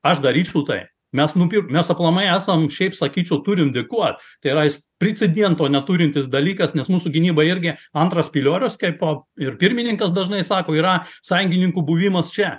aš daryčiau tai mes nupir mes aplamai esam šiaip sakyčiau turim dėkot tai yra precendento neturintis dalykas nes mūsų gynyba irgi antras piliorius kaip po ir pirmininkas dažnai sako yra sąjungininkų buvimas čia